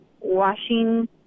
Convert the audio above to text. washing –